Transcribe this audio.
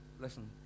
listen